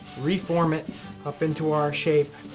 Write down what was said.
reform it up into our shape,